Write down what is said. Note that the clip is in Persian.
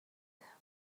ناراحته